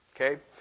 Okay